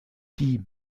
die